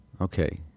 okay